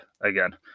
again